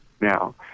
now